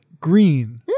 green